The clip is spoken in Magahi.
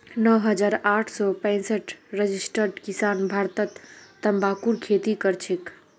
नौ हजार आठ सौ पैंसठ रजिस्टर्ड किसान भारतत तंबाकूर खेती करछेक